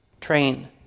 train